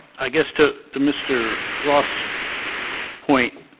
i guess to to mr. roth's point,